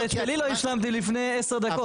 ואת שלי אני לא השלמתי לפני עשר דקות.